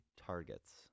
targets